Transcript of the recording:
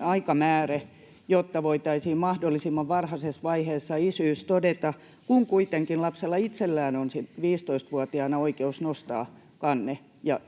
aikamääre, jotta voitaisiin mahdollisimman varhaisessa vaiheessa isyys todeta, kun kuitenkin lapsella itsellään on sitten 15-vuotiaana oikeus nostaa kanne